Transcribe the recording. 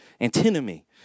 antinomy